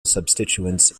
substituents